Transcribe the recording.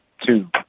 two